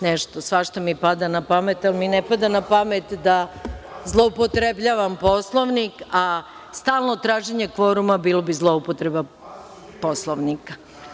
Nešto svašta mi pada na pamet, ali mi ne pada na pamet da zloupotrebljavam Poslovnik, a stalno traženje kvoruma bilo bi zloupotreba Poslovnika.